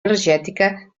energètica